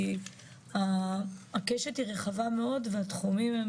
כי הקשת היא רחבה מאוד והתחומים.